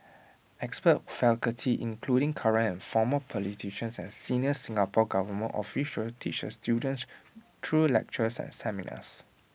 expert faculty including current and former politicians and senior Singapore Government officials teach the students through lectures and seminars